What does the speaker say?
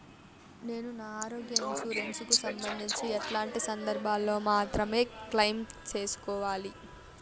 నేను నా ఆరోగ్య ఇన్సూరెన్సు కు సంబంధించి ఎట్లాంటి సందర్భాల్లో మాత్రమే క్లెయిమ్ సేసుకోవాలి?